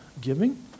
giving